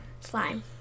Slime